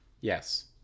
yes